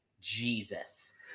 Jesus